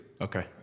Okay